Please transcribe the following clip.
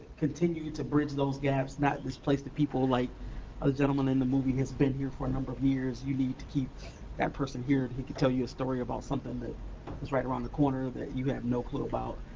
continue to bridge those gaps, not displace the people, like a gentleman in the movie has been here for a number of years, you need to keep that person here, and he could tell you a story about something that is right around the corner that you have no clue about,